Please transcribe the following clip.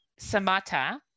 Samata